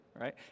right